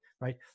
right